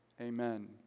Amen